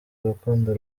rukundo